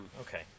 Okay